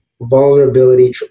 vulnerability